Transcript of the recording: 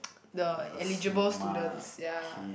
the eligible students ya